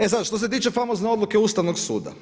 E sad, što se tiče famozne odluke Ustavnog suda.